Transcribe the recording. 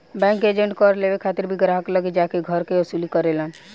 bank के agent कर लेवे खातिर भी ग्राहक लगे जा के कर के वसूली करेलन